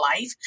life